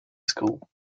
school